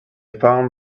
found